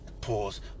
pause